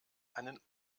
einen